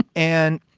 and,